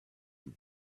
you